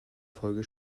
folge